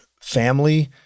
family